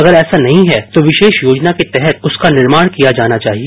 अगर ऐसा नहीं है तो विरोष योजना के तहत उसका निर्माण किया जाना चाहिए